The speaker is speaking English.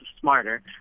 smarter